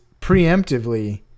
preemptively